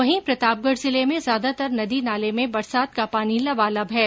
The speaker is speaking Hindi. वही प्रतापगढ़ जिले में ज्यादातर नदी नाले में बरसात का पानी लबालब हैं